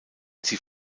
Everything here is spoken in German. sie